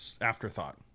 afterthought